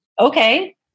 Okay